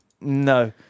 No